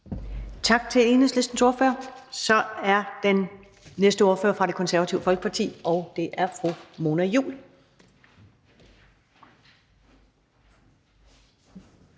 Tak til Enhedslistens ordfører. Så er den næste ordfører fra Det Konservative Folkeparti, og det er fru Mona Juul.